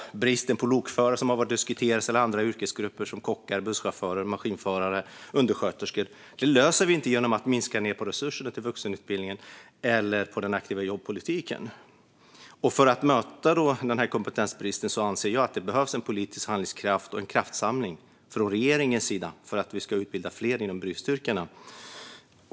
Bristen på lokförare har diskuterats liksom andra yrkesgrupper som kockar, busschaufförer, maskinförare och undersköterskor. Det löser vi inte genom att minska resurserna till vuxenutbildningen eller den aktiva jobbpolitiken. För att möta kompetensbristen anser jag att det behövs en politisk handlingskraft och en kraftsamling från regeringens sida för att vi ska utbilda fler inom bristyrkena.